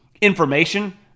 information